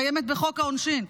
קיימת בחוק העונשין.